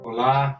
Olá